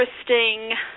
interesting